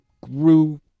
grew